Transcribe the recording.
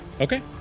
Okay